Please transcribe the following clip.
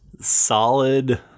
solid